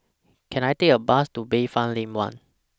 Can I Take A Bus to Bayfront Lane one